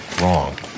Wrong